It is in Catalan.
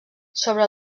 sobre